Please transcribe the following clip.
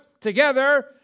together